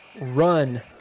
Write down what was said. run